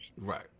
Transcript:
Right